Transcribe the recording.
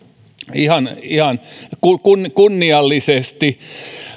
ihan ihan kunniallisesti